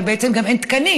אבל בעצם גם אין תקנים,